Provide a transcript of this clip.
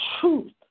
truth